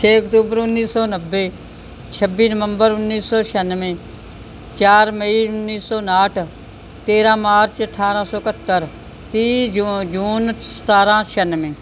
ਛੇ ਅਕਤੂਬਰ ਉੱਨੀ ਸੌੌੌੌ ਨੱਬੇ ਛੱਬੀ ਨਵੰਬਰ ਉੱਨੀ ਸੌ ਛਿਆਨਵੇਂ ਚਾਰ ਮਈ ਉੱਨੀ ਸੌ ਉਨਾਹਠ ਤੇਰਾਂ ਮਾਰਚ ਅਠਾਰਾਂ ਸੌ ਇਕਹੱਤਰ ਤੀਹ ਜੂ ਜੂਨ ਸਤਾਰਾਂ ਛਿਆਨਵੇਂ